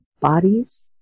bodies